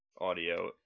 audio